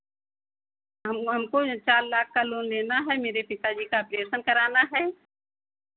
हम हमको चार लाख का लोन लेना है मेरे पिताजी का ऑपरेशन कराना है